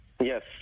yes